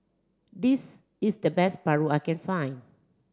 this is the best Paru I can find